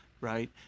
right